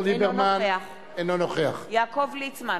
אינו נוכח יעקב ליצמן,